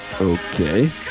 Okay